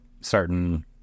certain